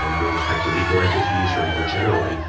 um with respect to legal entities or, more generally,